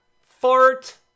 fart